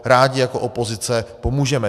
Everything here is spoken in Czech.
Rádi jako opozice pomůžeme.